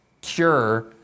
cure